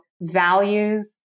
values